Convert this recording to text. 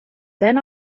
been